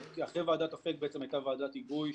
אחרי ועדת אפק הייתה ועדת היגוי,